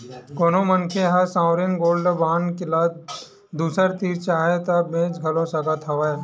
कोनो मनखे ह सॉवरेन गोल्ड बांड ल दूसर तीर चाहय ता बेंच घलो सकत हवय